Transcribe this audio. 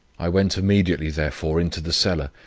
i went immediately, therefore, into the cellar,